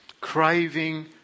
Craving